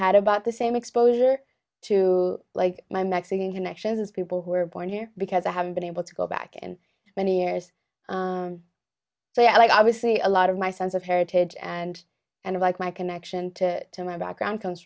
had about the same exposure to like my mexican connections people who were born here because i haven't been able to go back in many years so i like obviously a lot of my sense of heritage and and like my connection to to my background comes